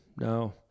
no